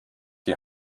die